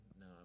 No